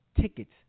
tickets